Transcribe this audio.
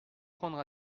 prendre